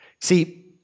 See